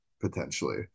potentially